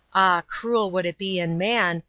cruel would it be in man,